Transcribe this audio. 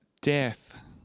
death